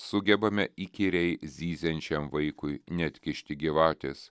sugebame įkyriai zyziančiam vaikui neatkišti gyvatės